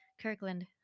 Kirkland